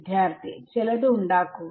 വിദ്യാർത്ഥി ചിലത് ഉണ്ടാക്കുക